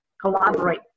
Collaborate